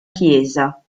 chiesa